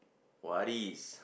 what is